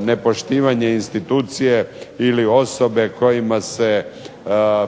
nepoštivanje institucije ili osobe kojima se